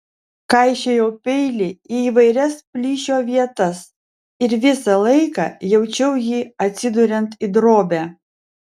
kaišiojau peilį į įvairias plyšio vietas ir visą laiką jaučiau jį atsiduriant į drobę